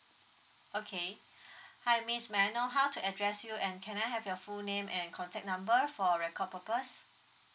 okay hi miss may I know how to address you and can I have your full name and contact number for record purpose